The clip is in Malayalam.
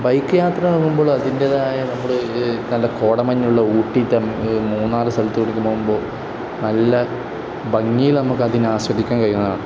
ബൈക്ക് യാത്ര പോകുമ്പോൾ അതിൻ്റെതായ നമ്മുടെ നല്ല കോടമഞ്ഞുള്ള ഊട്ടി മൂന്നാർ സ്ഥലത്തൂടെയൊക്കെ പോകുമ്പോൾ നല്ല ഭംഗിയിൽ നമുക്ക് അതിനെ ആസ്വദിക്കാൻ കഴിയുന്നതാണ്